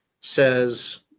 says